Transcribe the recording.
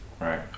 Right